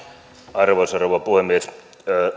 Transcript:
arvoisa rouva puhemies tämä on